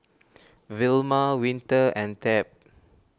Vilma Winter and Tab